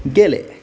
गेले